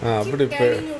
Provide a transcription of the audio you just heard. ah அப்படி:appadi